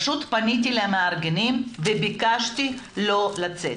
פניתי למארגנים וביקשתי לא לצאת,